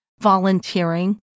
Volunteering